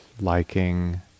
liking